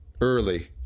early